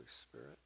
Spirit